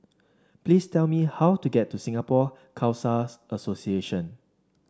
please tell me how to get to Singapore Khalsa's Association